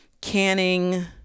canning